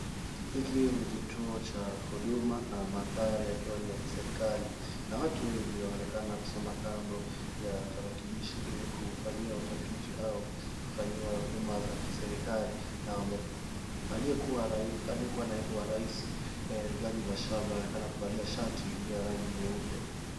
Hiki ni kituo cha huduma na mandhari yakiwa ni ya kiserikali na watu wengi wanaonekana kusimama kando ya tarakilishi ili kufanyiwa utafiti au kufanyiwa huduma za kiserikali na aliyekuwa naibu wa rais Rigathi Gachagua anaonekana kuvalia shati iliyo ya rangi nyeupe.